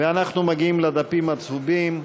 אנחנו מגיעים לדפים הצהובים.